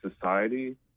society